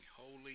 Holy